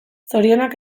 zorionak